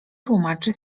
tłumaczy